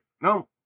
no